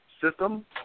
system